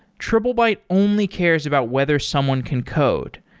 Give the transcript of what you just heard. triplebyte only cares about whether someone can code.